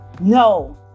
No